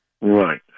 right